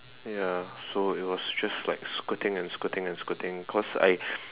ya so it was just like squirting and squirting and squirting cause I